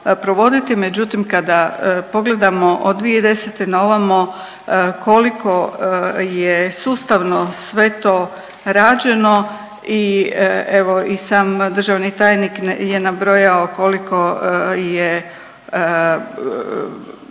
međutim kada pogledamo od 2010. na ovamo koliko je sustavno sve to rađeno i evo i sam državni tajnik je nabrojao koliko je